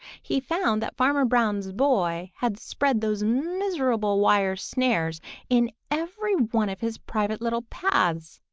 he found that farmer brown's boy had spread those miserable wire snares in every one of his private little paths.